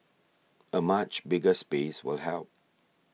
a much bigger space will help